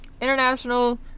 International